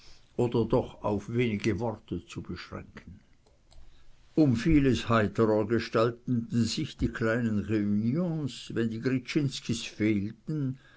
oder doch auf wenige worte zu beschränken um vieles heiterer gestalteten sich die kleinen reunions wenn die gryczinskis fehlten